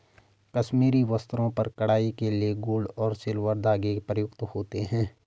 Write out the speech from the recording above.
कश्मीरी वस्त्रों पर कढ़ाई के लिए गोल्ड और सिल्वर धागे प्रयुक्त होते हैं